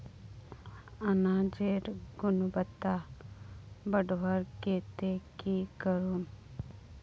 अनाजेर गुणवत्ता बढ़वार केते की करूम?